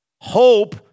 Hope